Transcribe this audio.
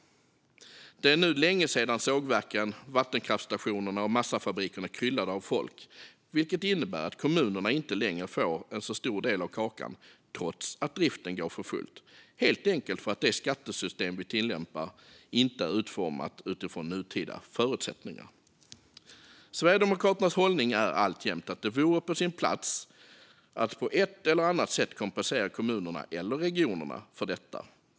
Det är nu länge sedan sågverken, vattenkraftsstationerna och massafabrikerna kryllade av folk, vilket innebär att kommunerna inte längre får en särskilt stor del av kakan trots att driften går för fullt - helt enkelt för att det skattesystem vi tillämpar inte är utformat utifrån nutida förutsättningar. Sverigedemokraternas hållning är alltjämt att det vore på sin plats att på ett eller annat sätt kompensera kommunerna eller regionerna för detta.